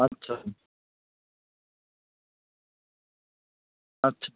আচ্ছা আচ্ছা